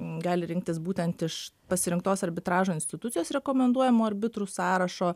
gali rinktis būtent iš pasirinktos arbitražo institucijos rekomenduojamų arbitrų sąrašo